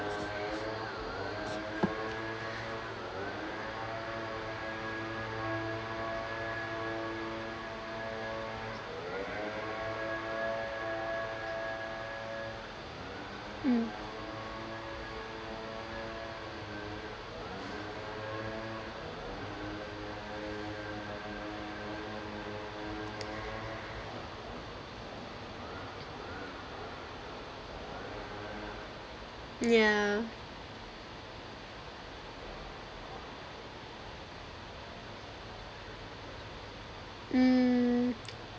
mm yeah mm